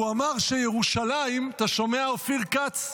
הוא אמר שירושלים, אתה שומע, אופיר כץ?